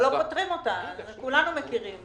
אבל לא פותרים אותה, כולנו מכירים.